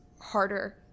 harder